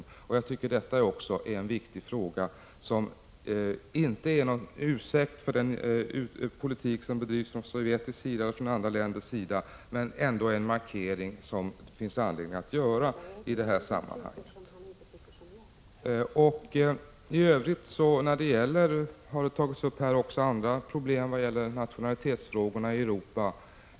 Detta är också en viktig fråga, och det är inte någon ursäkt för den politik som bedrivs från sovjetisk sida och från andra länders 51 sida, men det finns anledning att göra denna markering i detta sammanhang. Det har här också tagits upp andra problem vad gäller nationalitetsfrågorna i Europa.